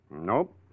Nope